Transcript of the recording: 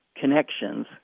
connections